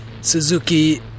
Suzuki